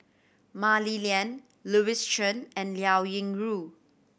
Mah Li Lian Louis Chen and Liao Yingru